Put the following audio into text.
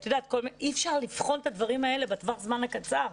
אי אפשר לבחון את הדברים האלה בטווח הזמן הקצר.